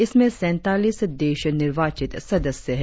इसमें सैंतालीस देश निर्वाचित सदस्य है